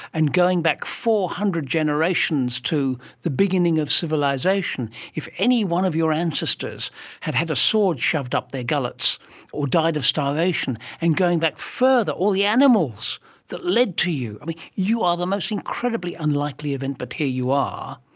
and going back four hundred generations to the beginning of civilisation, if any one of your ancestors had had a sword shoved up their gullets or died of starvation, and going back further all the animals that lead to you, you are the most incredibly unlikely event, but here you are.